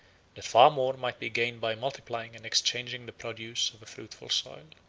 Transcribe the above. that far more might be gained by multiplying and exchanging the produce of a fruitful soil.